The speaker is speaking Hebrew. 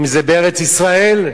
אם בארץ-ישראל,